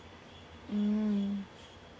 mm